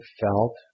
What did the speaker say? felt